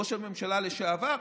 ראש הממשלה לשעבר,